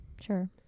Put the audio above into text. Sure